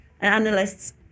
analysts